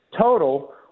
total